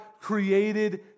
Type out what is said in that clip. created